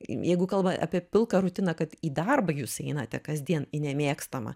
jeigu kalba apie pilką rutiną kad į darbą jūs einate kasdien į nemėgstamą